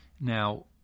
Now